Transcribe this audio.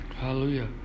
Hallelujah